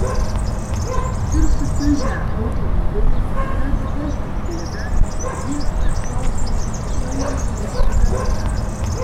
seni ir sukiužę automobiliai yra didesnė bėda jie nesaugūs žiauriai teršia gamtą